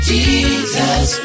Jesus